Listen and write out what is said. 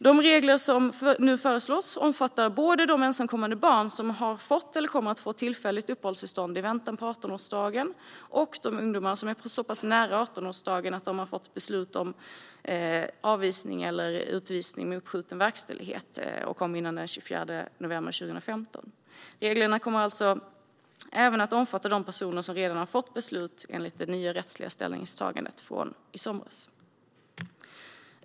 De regler som nu föreslås omfattar både de ensamkommande barn som har fått eller kommer att få tillfälligt uppehållstillstånd i väntan på 18-årsdagen och de ungdomar som är så pass nära 18-årsdagen att de har fått beslut om avvisning eller utvisning med uppskjuten verkställighet och kom före den 24 november 2015. Reglerna kommer alltså att omfatta även de personer som redan har fått beslut enligt det nya rättsliga ställningstagandet från i somras.